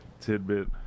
tidbit